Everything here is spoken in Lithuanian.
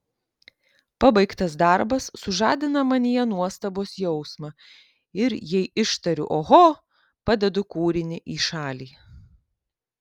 pabaigtas darbas sužadina manyje nuostabos jausmą ir jei ištariu oho padedu kūrinį į šalį